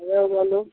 आओर बोलू